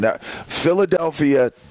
Philadelphia